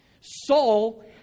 Saul